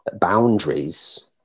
boundaries